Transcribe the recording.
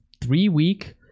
three-week